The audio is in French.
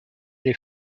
les